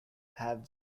have